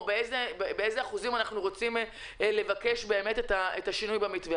או באיזה אחוזים אנחנו רוצים לבקש את השינוי במתווה.